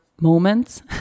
moments